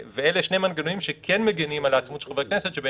אלה שני מנגנונים שכן מגנים על עצמאות חברי הכנסת.